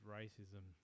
racism